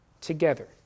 together